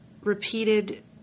repeated